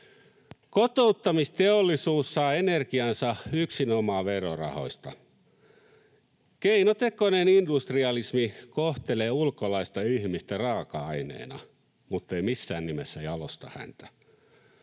Kotouttamisteollisuus saa energiansa yksinomaan verorahoista. Keinotekoinen industrialismi kohtelee ulkolaista ihmistä raaka-aineena, mutta ei missään nimessä jalosta häntä.